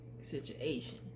situation